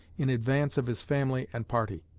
in advance of his family and party.